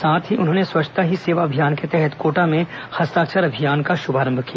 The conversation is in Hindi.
साथ ही उन्होंने स्वच्छता ही सेवा अभियान के तहत कोटा में हस्ताक्षर अभियान का शुभारंभ किया